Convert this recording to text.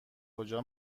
کجا